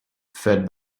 fed